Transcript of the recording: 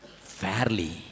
fairly